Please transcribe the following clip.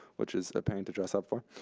which is a pain to dress up for,